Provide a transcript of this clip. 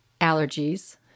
allergies